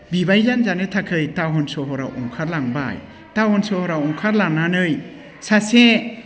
बिबायना जानो थाखाय टाउन सहराव ओंखारलांबाय टाउन सहराव ओंखारलांनानै सासे